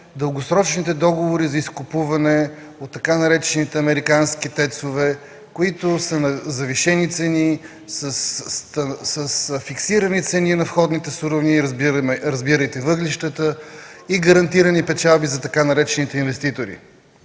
дългосрочните договори за изкупуване от така наречените „американски тецове”, които са на завишени цени, с фиксирани цени на входните суровини – разбирайте въглищата, и гарантирани печалби на така наречените „инвеститори”.